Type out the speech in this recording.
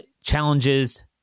challenges